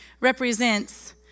represents